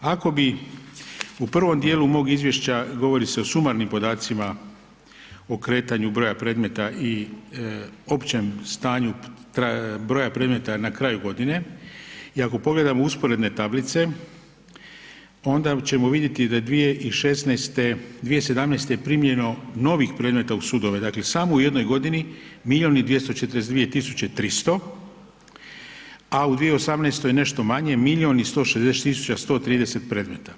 Ako bi u prvom djelu mog izvješća, govori se o sumarnim podacima o kretanju broja predmeta i općem stanju broja predmeta na kraju godine, i ako pogledamo usporedne tablice onda ćemo vidjeti da 2017. je primljeno novih predmeta u sudovima, dakle samo u jednoj godini milijun i 242 300 a u 2018. nešto manje milijun i 160 130 predmeta.